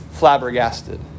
flabbergasted